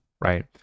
right